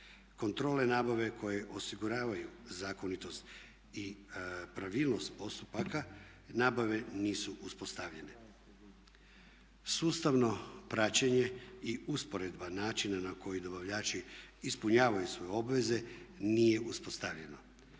Kontrole nabave koje osiguravaju zakonitost i pravilnost postupaka nabave nisu uspostavljane. Sustavno praćenje i usporedba načina na koji dobavljači ispunjavaju svoje obveze nije uspostavljeno.